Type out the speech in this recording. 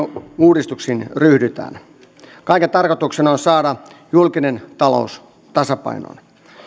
uudistuksiin ryhdytään kaiken tarkoituksena on saada julkinen talous tasapainoon